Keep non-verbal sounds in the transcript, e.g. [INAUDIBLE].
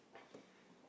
[BREATH]